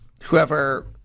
whoever